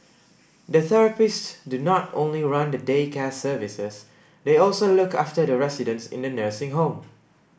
the therapist do not only run the day care services they also look after the residents in the nursing home